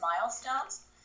milestones